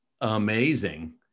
amazing